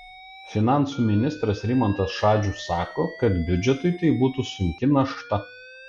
finansų ministras rimantas šadžius sako kad biudžetui tai būtų sunki našta